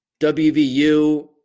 WVU